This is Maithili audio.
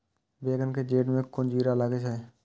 बेंगन के जेड़ में कुन कीरा लागे छै?